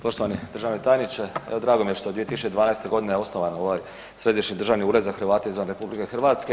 Poštovani državni tajniče, evo drago mi je da je 2020. g. osnovan ovaj Središnji državni ured za Hrvate izvan RH.